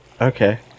Okay